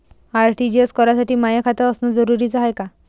RTGS करासाठी माय खात असनं जरुरीच हाय का?